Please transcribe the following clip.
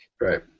Right